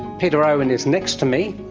peter owen is next to me,